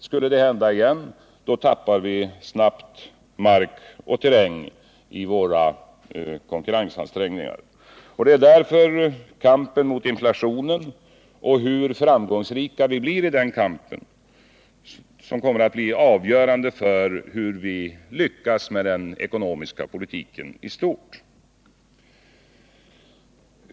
Skulle det hända igen, då förlorar vi snabbt terräng i våra konkurrensansträngningar. Därför kommer kampen mot inflationen och frågan om hur framgångsrika vi blir i den kampen att bli avgörande för hur vi lyckas med den ekonomiska politiken i stort.